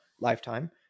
lifetime